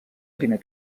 primer